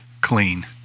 clean